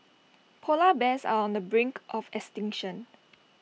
Polar Bears are on the brink of extinction